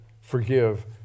Forgive